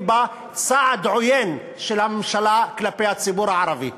בה צעד עוין של הממשלה כלפי הציבור הערבי.